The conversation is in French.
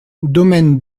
domaine